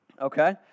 Okay